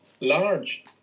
large